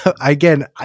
again